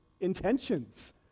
intentions